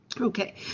okay